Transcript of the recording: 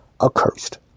accursed